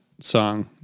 song